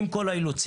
עם כל האילוצים,